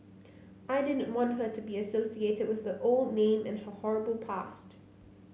I didn't want her to be associated with her old name and her horrible past